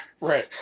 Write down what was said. Right